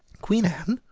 queen anne!